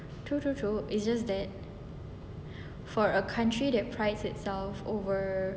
true true true it's just that for a country that price itself over